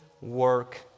work